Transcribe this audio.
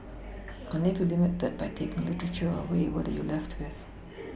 and if you limit that by taking literature away what are you left with